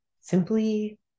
Simply